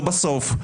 ובסוף,